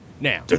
Now